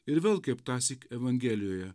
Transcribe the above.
ir vėl kaip tąsyk evangelijoje